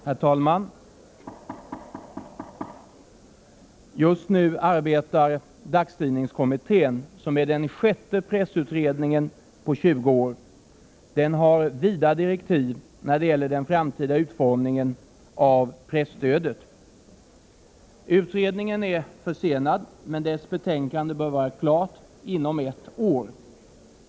Herr talman! Just nu arbetar dagstidningskommittén, som är den sjätte pressutredningen på 20 år. Den har vida direktiv när det gäller den framtida utformningen av presstödet. Utredningen är försenad, men dess betänkande bör vara klart inom ett år.